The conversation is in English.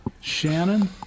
Shannon